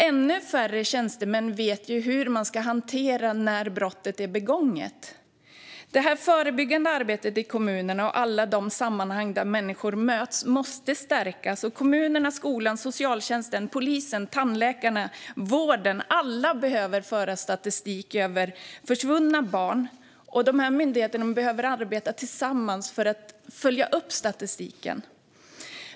Ännu färre tjänstemän vet hur de ska hantera saken när ett brott är begånget. Det förebyggande arbetet i kommunerna och alla de sammanhang där människor möts måste stärkas. Kommunerna, skolan, socialtjänsten, polisen, tandläkarna, vården - alla behöver föra statistik över försvunna barn. Myndigheterna behöver också arbeta tillsammans för att följa upp statistiken.